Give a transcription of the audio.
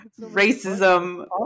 racism